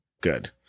good